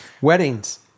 weddings